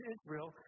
Israel